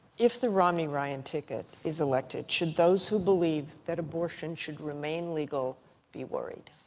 if the romney-ryan ticket is elected, should those who believe that abortion should remain legal be worried?